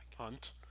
Hunt